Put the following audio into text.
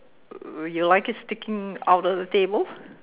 you like it sticking out of the table